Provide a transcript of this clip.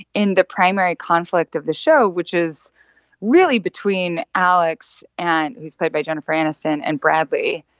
in the primary conflict of the show, which is really between alex and who's played by jennifer aniston and bradley,